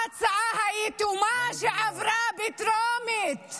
ההצעה היתומה שעברה בטרומית.